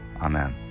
Amen